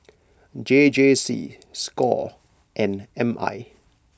J J C Score and M I